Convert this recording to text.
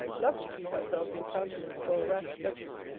love to keep ourselves in countenance for a rash judgment,